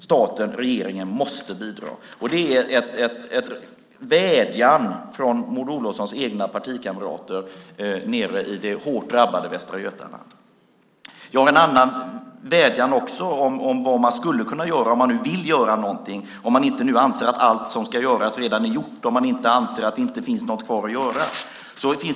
Staten, regeringen, måste bidra. Det är en vädjan från Maud Olofssons egna partikamrater nere i det hårt drabbade Västra Götaland. Jag har en annan vädjan också som gäller vad man skulle kunna göra om man nu vill göra någonting, om man inte anser att allt som ska göras redan är gjort och man anser att det inte finns något kvar att göra.